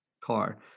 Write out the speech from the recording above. car